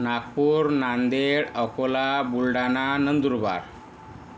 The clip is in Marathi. नागपूर नांदेड अकोला बुलढाणा नंदुरबार